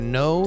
no